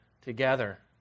together